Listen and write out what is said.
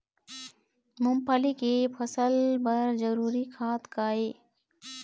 मूंगफली के फसल बर जरूरी खाद का ये?